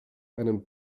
einen